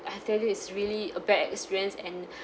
I tell you is really a bad experience and